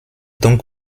donc